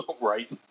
Right